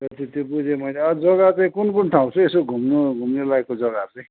ए त्यो चाहिँ बुझेँ मैले अरू जग्गा चाहिँ कुन कुन ठाउँ छ यसो घुम्नु घुम्ने लायकको जग्गाहरू चाहिँ